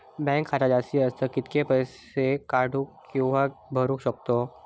Bank खात्यात जास्तीत जास्त कितके पैसे काढू किव्हा भरू शकतो?